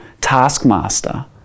taskmaster